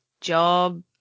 job